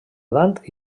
dant